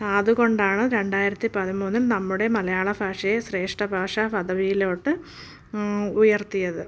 അതുകൊണ്ടാണ് രണ്ടായിരത്തി പതിമൂന്നിൽ നമ്മുടെ മലയാള ഭാഷയെ ശ്രേഷ്ഠ ഭാഷാ പദവിയിലോട്ട് ഉയർത്തിയത്